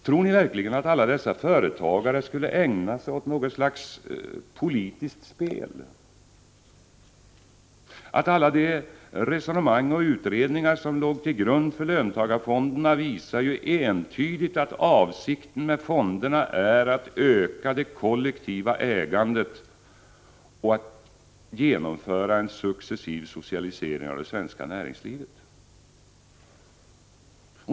Tror ni verkligen att alla dessa företagare skulle ägna sig åt något slags politiskt spel? Alla de resonemang och utredningar som låg till grund för löntagarfondsbeslutet visar ju entydigt att avsikten med fonderna är att öka det kollektiva ägandet, att genomföra en successiv socialisering av det svenska näringslivet.